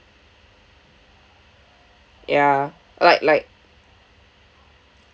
ya like like